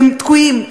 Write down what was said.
והם תקועים,